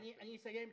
אסיים,